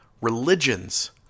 religions